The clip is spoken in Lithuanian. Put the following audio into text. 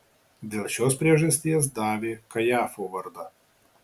dėl šios priežasties davė kajafo vardą